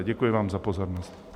Děkuji vám za pozornost.